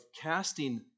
casting